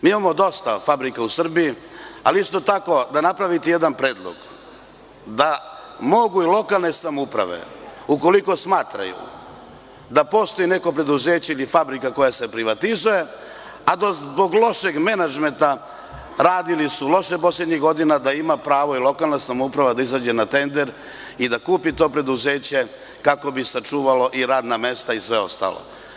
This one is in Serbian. Imamo dosta fabrika u Srbiji i treba napraviti jedan predlog da mogu i lokalne samouprave, ukoliko smatraju da postoji neko preduzeće ili Fabrika koja se privatizuje, a da zbog lošeg menadžmenta rada su loše poslednjih godina, da ima pravo o lokalna samouprava da izađe na tender i da kupi to preduzeće, kako bi sačuvalo i radna mesta i sve ostalo.